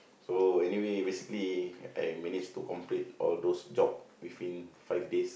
so anyway basically I manage to complete all those job within five days